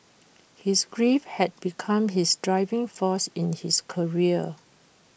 his grief had become his driving force in his career